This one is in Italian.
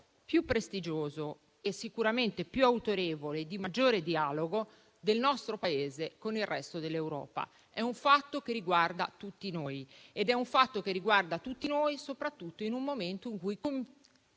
più prestigioso e sicuramente più autorevole e di maggiore dialogo del nostro Paese con il resto dell'Europa. È un fatto che riguarda tutti noi, soprattutto in un momento in cui